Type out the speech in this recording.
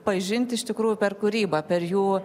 pažinti iš tikrųjų per kūrybą per jų